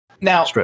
Now